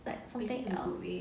like focus liao